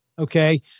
okay